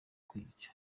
kuyica